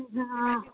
हँ